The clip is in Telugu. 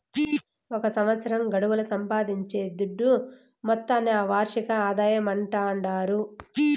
ఒక సంవత్సరం గడువుల సంపాయించే దుడ్డు మొత్తాన్ని ఆ వార్షిక ఆదాయమంటాండారు